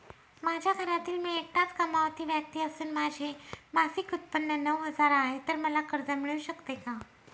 माझ्या घरातील मी एकटाच कमावती व्यक्ती असून माझे मासिक उत्त्पन्न नऊ हजार आहे, तर मला कर्ज मिळू शकते का?